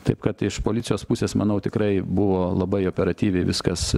taip kad iš policijos pusės manau tikrai buvo labai operatyviai viskas